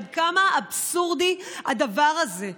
עד כמה אבסורדי הדבר הזה.